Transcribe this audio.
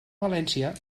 valència